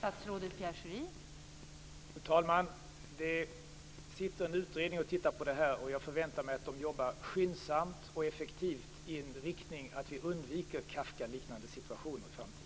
Fru talman! Det sitter en utredning som arbetar med frågan. Jag förväntar mig att de jobbar skyndsamt och effektivt med inriktning på att vi skall undvika Kafkaliknande situationer i framtiden.